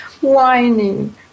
whining